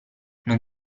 non